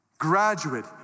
Graduate